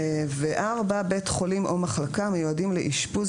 בית חולים או מחלקה המיועדים לאשפוז